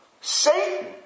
Satan